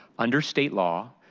under state law,